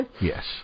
Yes